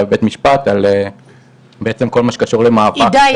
בבית משפט על כל מה שקשור למאבק --- הידי,